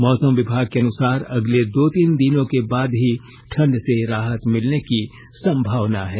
मौसम विभाग के अनुसार अगले दो तीन दिनों के बाद ही ठंड से राहत मिलने की संभावना है